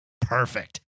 perfect